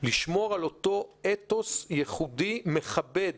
לשמור על אותו אתוס ייחודי מכבד,